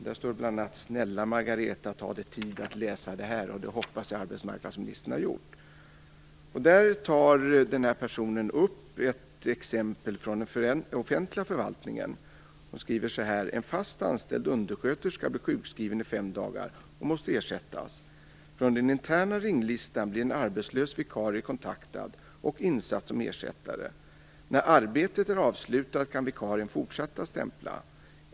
Det inleds med: "Snälla Margareta, ta dig tid att läsa det här." Det hoppas jag att arbetsmarknadsministern har gjort. Vidare tas det upp ett exempel från den offentliga förvaltningen. Avsändaren skriver: "En fast anställd undersköterska blir sjukskriven i fem dagar och måste ersättas. Från den interna ringlistan blir en arbetslös vikare kontaktad och insatt som ersättare. När arbetet är avslutat kan vikarien fortsätta att stämpla.